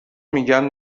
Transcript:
میگن